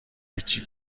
هیچی